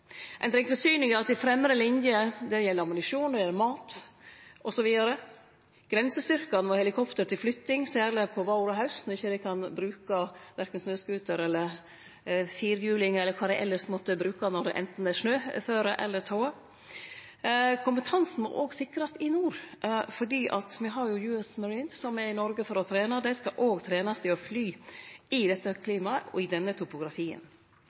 Ein treng forsyningar til fremre linje, det gjeld ammunisjon, det gjeld mat, osv. Det gjeld grensestyrkar og helikopter til flytting, særleg vår og haust, når ein ikkje kan bruke verken snøskuter eller firhjuling eller kva ein elles måtte bruke når det er anten snøføre eller tåke. Kompetansen må òg sikrast i nord, for me har US Marines, som er i Noreg for å trene. Dei skal òg trenast i å fly i dette klimaet og i denne topografien.